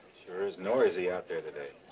sure is noisy out there today.